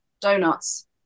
donuts